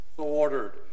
ordered